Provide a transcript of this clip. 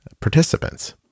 participants